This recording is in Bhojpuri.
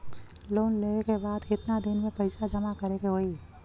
लोन लेले के बाद कितना दिन में पैसा जमा करे के होई?